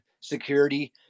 security